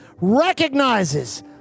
recognizes